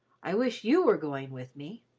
i wish you were going with me.